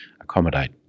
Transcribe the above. accommodate